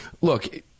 look